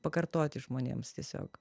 pakartoti žmonėms tiesiog